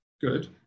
good